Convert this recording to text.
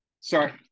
Sorry